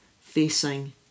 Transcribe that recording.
facing